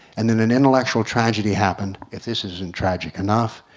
and then an intellectual tragedy happened, if this isn't tragic enough,